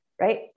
right